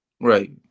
right